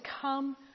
come